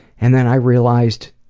and then i realized